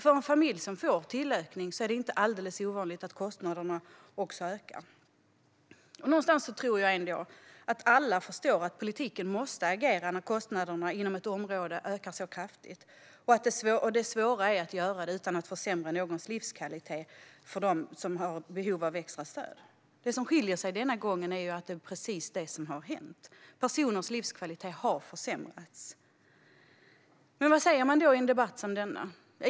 För en familj som får tillökning är det inte alldeles ovanligt att kostnaderna också ökar. Någonstans tror jag ändå att alla förstår att politiken måste agera när kostnaderna inom ett område ökar så kraftigt. Det svåra är att göra det utan att försämra livskvaliteten för dem som har behov av extra stöd. Det som skiljer sig denna gång är att det är precis det som har hänt, nämligen att personers livskvalitet har försämrats. Vad säger man då i en debatt som denna?